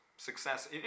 Success